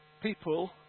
people